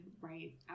right